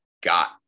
got